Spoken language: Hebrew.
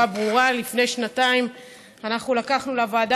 ברורה: לפני שנתיים אנחנו לקחנו לוועדה